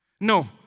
No